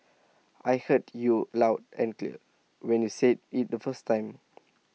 I heard you loud and clear when you said IT the first time